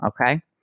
okay